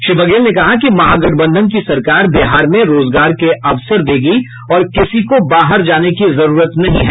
श्री बघेल ने कहा कि महागठबंधन की सरकार बिहार में रोजगार के अवसर देगी और किसी को बाहर जाने की जरूरत नहीं है